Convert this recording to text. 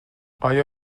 آیا